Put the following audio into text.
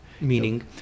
Meaning